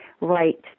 right